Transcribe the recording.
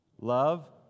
love